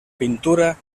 pintura